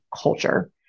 culture